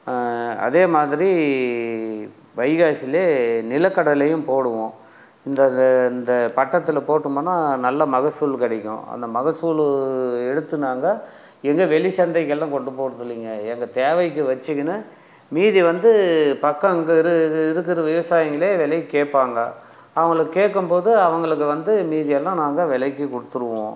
அதே மாதிரி வைகாசிலயே நிலக்கடலையும் போடுவோம் இந்த இந்த பட்டத்தில் போட்டோம்மனா நல்ல மகசூல் கிடக்கும் அந்த மகசூல் எடுத்து நாங்கள் எங்கள் வெளி சந்தைக்கு எல்லாம் கொண்டு போகறது இல்லைங்க எங்கள் தேவைக்கு வச்சுகின்னு மீதி வந்து பக்கங்க இரு இருக்கிற விவசாயங்களே விலைக்கு கேட்பாங்க அவங்களுக்கு கேட்கும் போது அவங்களுக்கு வந்து மீதி எல்லாம் நாங்கள் விலைக்கு கொடுத்துடுவோம்